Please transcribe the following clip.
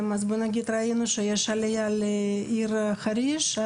בכל מיני מקומות.